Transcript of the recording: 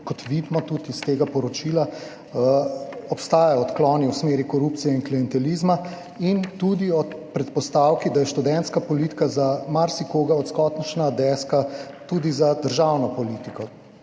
kot vidimo tudi iz tega poročila, obstajajo odkloni v smeri korupcije in klientelizma, in tudi ob predpostavki, da je študentska politika za marsikoga odskočna deska tudi za državno politiko,